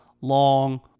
long